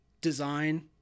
Design